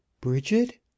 Bridget